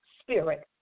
spirit